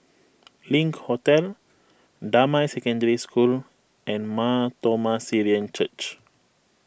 Link Hotel Damai Secondary School and Mar Thoma Syrian Church